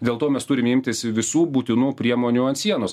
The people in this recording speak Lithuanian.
dėl to mes turim imtis visų būtinų priemonių ant sienos